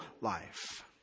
life